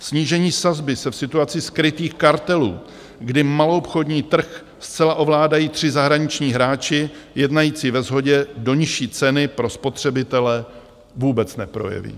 Snížení sazby se v situaci skrytých kartelů, kdy maloobchodní trh zcela ovládají tři zahraniční hráči jednající ve shodě, do nižší ceny pro spotřebitele vůbec neprojeví.